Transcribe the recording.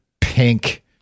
pink